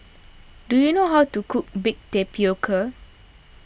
do you know how to cook Baked Tapioca